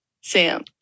Sam